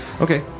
Okay